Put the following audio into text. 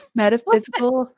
metaphysical